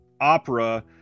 Opera